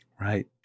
Right